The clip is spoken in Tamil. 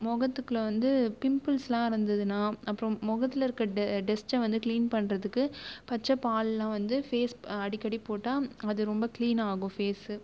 முகத்துக்குல வந்து பிம்பிள்ஸ்லாம் வந்துதுன்னா அப்புறம் முகத்துல இருக்க டெ டஸ்ட்ட வந்து கிளீன் பண்ணுறதுக்கு பச்சை பாலெலாம் வந்து ஃபேஸ் அடிக்கடி போட்டால் அது ரொம்ப கிளீன் ஆகும் ஃபேஸ்